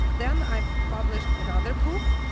then i published another book,